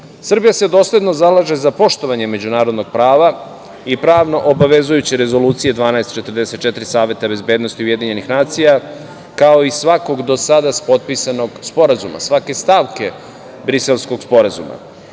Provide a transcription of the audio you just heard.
se dosledno zalaže za poštovanje međunarodnog prava i pravno obavezujuće Rezolucije 1244 Saveta bezbednosti UN, kao i svakog do sada potpisanog sporazuma, svake stavke Briselskog sporazuma. Do